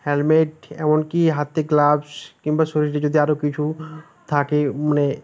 helmet এমন কি হাতে গ্লাভস কিংবা শরীরে যদি আরো কিছু থাকে মানে